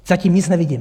Zatím nic nevidím.